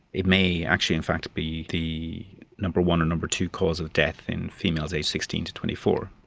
it may actually in fact be the number one or number two cause of death in females aged sixteen to twenty four.